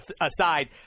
aside